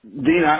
Dean